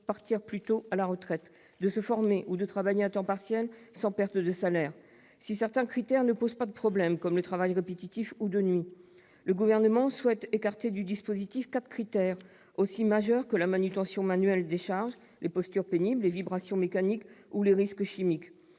partir plus tôt à la retraite, se former ou travailler à temps partiel sans perte de salaire. Si certains critères ne posent pas de problème, comme celui du travail répétitif ou de nuit, le Gouvernement souhaite écarter du dispositif quatre critères d'une importance majeure : la manutention manuelle des charges, les postures pénibles, les vibrations mécaniques et les risques chimiques.